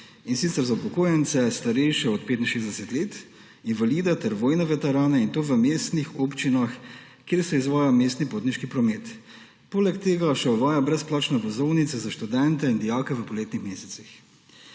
in sicer za upokojence, starejše od 65 let, invalide ter vojne veterane, in to v mestnih občinah, kjer se izvaja mestni potniški promet. Poleg tega še uvaja brezplačne vozovnice za študente in dijake v poletnih mesecih.